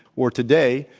or today,